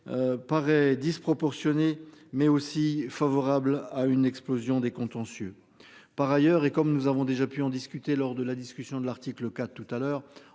Paraît disproportionné mais aussi favorable à une explosion des contentieux. Par ailleurs et comme nous avons déjà pu en discuter, lors de la discussion de l'article quatre tout à l'heure